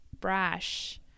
brash